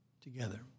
together